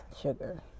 sugar